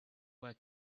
where